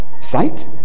sight